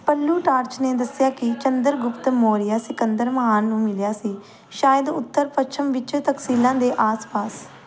Plutarch ਨੇ ਦੱਸਿਆ ਕਿ ਚੰਦਰਗੁਪਤ ਮੌਰੀਆ ਸਿਕੰਦਰ ਮਹਾਨ ਨੂੰ ਮਿਲਿਆ ਸੀ ਸ਼ਾਇਦ ਉੱਤਰ ਪੱਛਮ ਵਿੱਚ ਤਖ਼ਸੀਲਾ ਦੇ ਆਸ ਪਾਸ